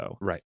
Right